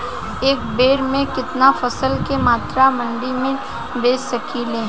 एक बेर में कितना फसल के मात्रा मंडी में बेच सकीला?